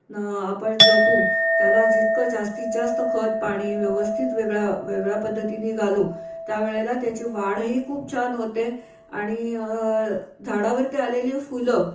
न आपण जपू त्याला जितकं जास्तीत जास्त खतपाणी व्यवस्थित वेगळ्या वेगळ्या पद्धतीनी घालू त्यावेळेला त्याची वाढही खूप छान होते आणि झाडावरती आलेली फुलं